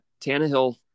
Tannehill